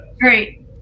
Great